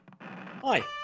Hi